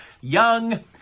young